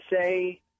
say